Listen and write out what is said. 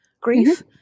grief